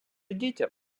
дітям